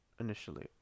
initially